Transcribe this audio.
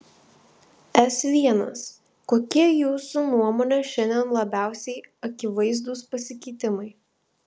s l kokie jūsų nuomone šiandien labiausiai akivaizdūs pasikeitimai